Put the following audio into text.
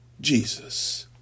Jesus